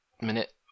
minute